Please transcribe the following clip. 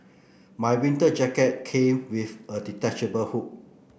my winter jacket came with a detachable hood